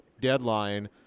deadline